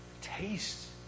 Taste